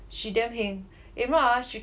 she damn heng if not ah she